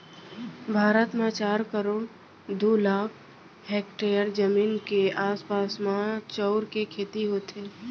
भारत म चार करोड़ दू लाख हेक्टेयर जमीन के आसपास म चाँउर के खेती होथे